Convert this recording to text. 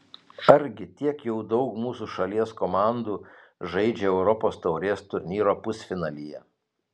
argi tiek jau daug mūsų šalies komandų žaidžia europos taurės turnyro pusfinalyje